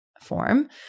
form